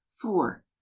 four